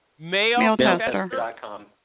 MailTester.com